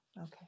okay